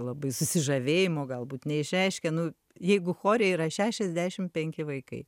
labai susižavėjimo galbūt neišreiškia nu jeigu chore yra šešiasdešim penki vaikai